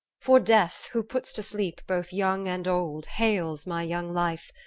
for death who puts to sleep both young and old hales my young life,